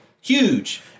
Huge